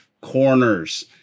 corners